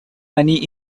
money